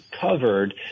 covered